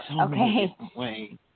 Okay